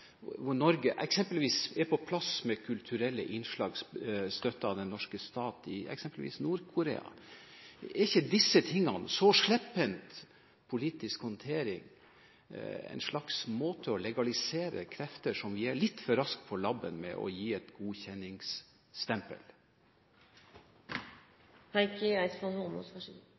er eksempelvis på plass med kulturelle innslag støttet av den norske stat i Nord-Korea. Er ikke dette slepphendt politisk håndtering – en slags måte å legalisere krefter på som vi er litt for raske på labben med å gi et